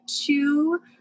two